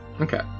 okay